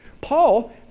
Paul